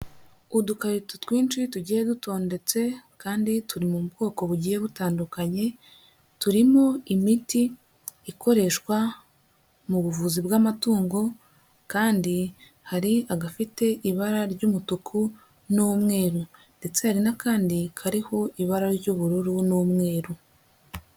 Udukarito twinshi tugiye dutondetse kandi turi mu bwoko bugiye butandukanye, turimo imiti ikoreshwa mu buvuzi bw'amatungo kandi hari agafite ibara ry'umutuku n'umweru ndetse hari n'akandi kariho ibara ry'ubururu n'umweru.